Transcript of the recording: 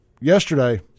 Yesterday